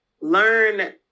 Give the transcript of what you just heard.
learn